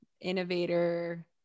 innovator